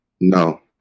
No